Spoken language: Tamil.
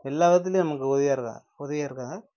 எல்லா விதத்துலேயும் நமக்கு உதவியாக இருக்காங்க உதவியாக இருக்காங்க